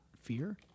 fear